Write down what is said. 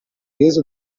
peso